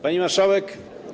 Pani Marszałek!